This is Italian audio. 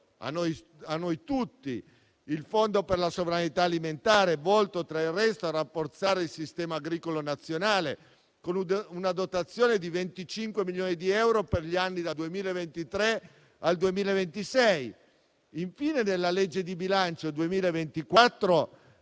istituito il Fondo per la sovranità alimentare, volto a rafforzare il sistema agricolo nazionale, con una dotazione di 25 milioni di euro per gli anni dal 2023 al 2026. Infine, la legge di bilancio 2024